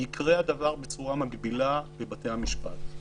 יקרה הדבר בצורה מקבילה בבתי המשפט,